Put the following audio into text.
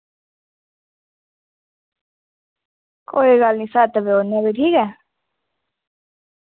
कोई गल्ल नी सत्त बजे औने फ्ही ठीक ऐ